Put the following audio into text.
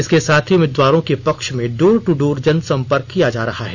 इसके साथ ही उम्मीदवारों के पक्ष में डोर दू डोर जनसंपर्क किया जा रहा है